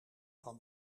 van